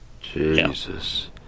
Jesus